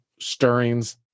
stirrings